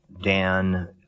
Dan